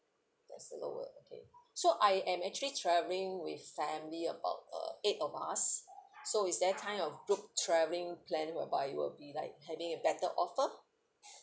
that's the lowest okay so I am actually travelling with family about uh eight of us so is there kind of group travelling plan whereby you'll be like having a better offer